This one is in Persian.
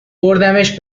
بردمش